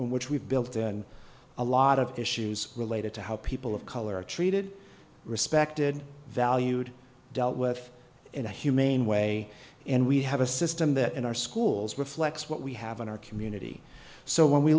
which we've built in a lot of issues related to how people of color are treated respected valued dealt with in a humane way and we have a system that in our schools reflects what we have in our community so when we